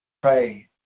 Pray